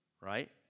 right